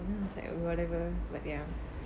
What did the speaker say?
it's like whatever but ya